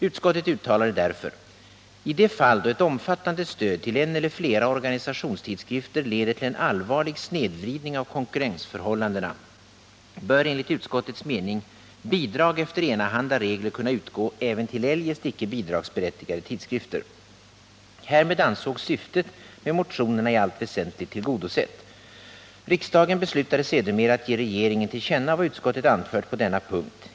Utskottet uttalade därför: ”I de fall då ett omfattande stöd till en eller flera organisationstidskrifter leder till en allvarlig snedvridning av konkurrensförhållandena bör enligt utskottets mening bidrag efter enahanda regler kunna utgå även till eljest icke bidragsberättigade tidskrifter.” Härmed ansågs syftet med motionerna i allt väsentligt tillgodosett . Riksdagen beslutade sedermera att ge regeringen till känna vad utskottet anfört på denna punkt.